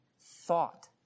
thought